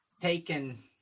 taken